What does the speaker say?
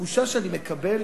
התחושה שאני מקבל,